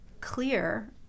clear